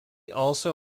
also